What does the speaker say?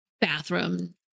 bathroom